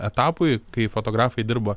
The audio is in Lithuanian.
etapui kai fotografai dirba